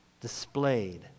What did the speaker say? Displayed